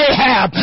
Ahab